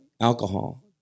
alcohol